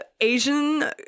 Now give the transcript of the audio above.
Asian